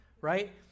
right